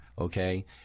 okay